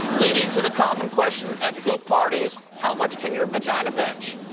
leading to the common question at goop parties, how much can you vagina bench?